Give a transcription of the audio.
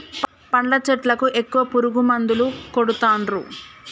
పండ్ల చెట్లకు ఎక్కువ పురుగు మందులు కొడుతాన్రు